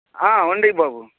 ఉంది బాబు